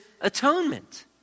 atonement